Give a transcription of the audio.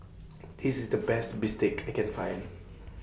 This IS The Best Bistake I Can Find